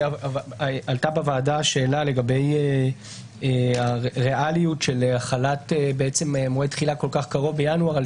עלתה בוועדה שאלה לגבי הריאליות של החלת מועד תחילה כל כך קרוב בינואר על